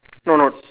no no